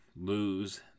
lose